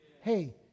Hey